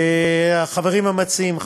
אם החברים המציעים,